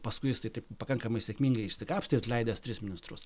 paskui jis tai taip pakankamai sėkmingai išsikapstė atleidęs tris ministrus